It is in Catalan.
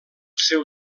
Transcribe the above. seu